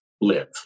live